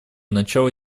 начало